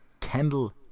Kendall